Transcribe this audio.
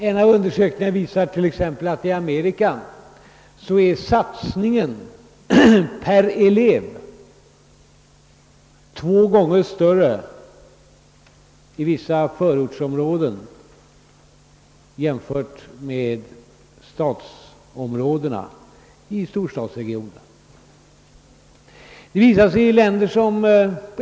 En av undersökningarna visar att i Amerika satsningen per elev är två gånger större i vissa förortsområden än i innerstadsområdena i storstadsregionerna.